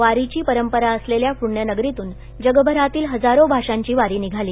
वारीची परंपरा असले या पु य नगरीतून जगभरातील हजारो भाषांची वारी निघाली